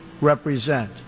represent